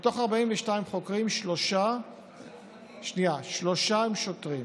מתוך 42 חוקרים, שלושה הם שוטרים.